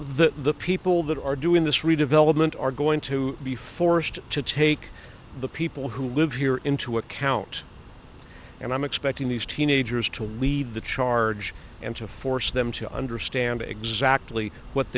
the people that are doing this redevelopment are going to be forced to take the people who live here into account and i'm expecting these teenagers to lead the charge and to force them to understand exactly what